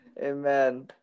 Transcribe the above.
Amen